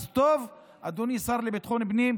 אז טוב, אדוני השר לביטחון פנים,